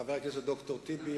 חבר הכנסת ד"ר טיבי,